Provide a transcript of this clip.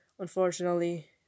Unfortunately